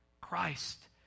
Christ